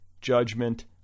judgment